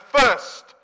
first